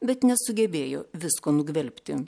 bet nesugebėjo visko nugvelbti